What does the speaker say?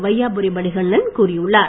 வையாபுரி மணிகண்டன் கூறியுள்ளார்